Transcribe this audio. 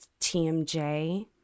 TMJ